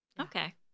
okay